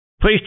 Please